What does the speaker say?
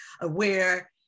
aware